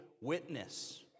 witness